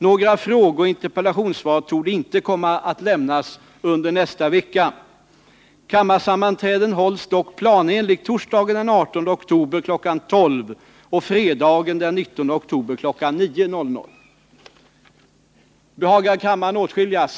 Några frågeeller interpellationssvar torde inte komma att lämnas